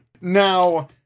Now